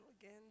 again